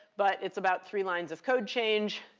but it's about three lines of code change.